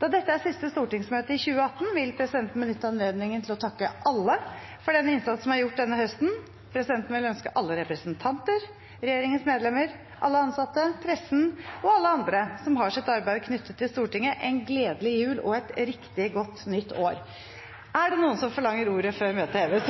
Da dette er det siste stortingsmøtet i 2018, vil presidenten benytte anledningen til å takke alle for den innsats som er gjort denne høsten. Presidenten vil ønske alle representantene, regjeringens medlemmer, alle ansatte, pressen og alle andre som har sitt arbeid knyttet til Stortinget, en gledelig jul og et riktig godt nytt år. Forlanger noen ordet før møtet heves?